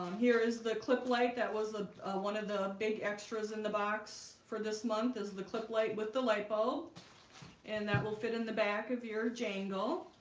um here is the clip light. that was ah one of the big extras in the box for this month is the clip light with the lipo and that will fit in the back of your jangle